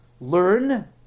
learn